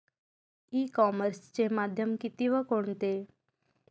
E कॉमर्सचे माध्यम किती व कोणते?